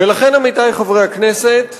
ולכן, עמיתי חברי הכנסת,